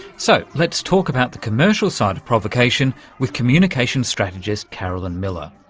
so, let's talk about the commercial side of provocation with communications strategist carolyn miller.